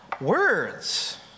words